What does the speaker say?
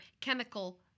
chemical